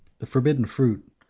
the forbidden fruit,